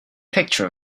picture